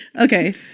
Okay